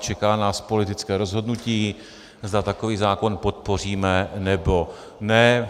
Čeká nás politické rozhodnutí, zda takový zákon podpoříme, nebo ne.